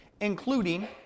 including